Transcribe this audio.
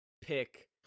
pick